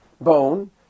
bone